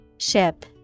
Ship